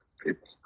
people